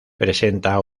presenta